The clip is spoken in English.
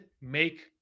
make